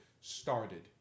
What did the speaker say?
started